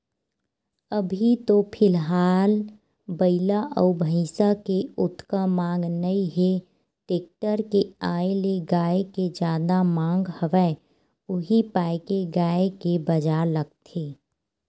अभी तो फिलहाल बइला अउ भइसा के ओतका मांग नइ हे टेक्टर के आय ले गाय के जादा मांग हवय उही पाय के गाय के बजार लगथे